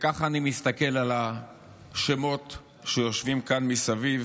וכך אני מסתכל על השמות שיושבים כאן מסביב.